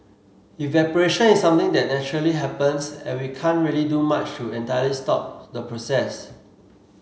evaporation is something that naturally happens and we can't really do much to entirely stop the process